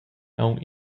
aunc